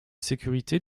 sécurité